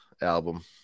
album